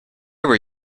were